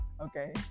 Okay